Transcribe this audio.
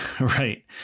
Right